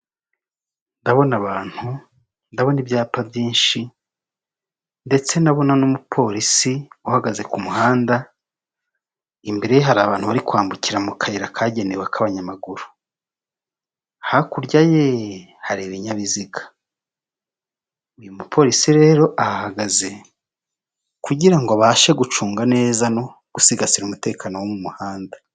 Ndabona abantu ndabona ibyapa byinshi ndetse ndabona n'umupolisi uhagaze ku muhanda imbere hari bari kwambukira mu kayira kagenewe abanyamaguru, hakurya ye hari ibinyabiziga munsi rero ahagaze abashe gucunga neza no gusigasira umutekano wo mu muhanda.